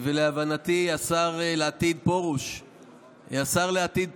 להבנתי, השר לעתיד פרוש,